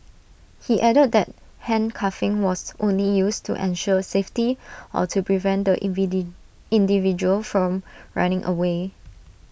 he added that handcuffing was only used to ensure safety or to prevent the individual from running away